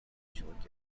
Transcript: шууд